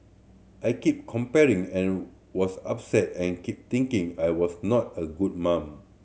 I kept comparing and was upset and kept thinking I was not a good mum